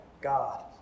God